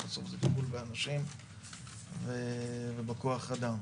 בסוף זה טיפול באנשים ובכוח אדם.